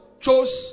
chose